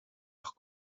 ach